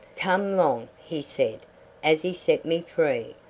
come long, he said as he set me free,